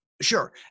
Sure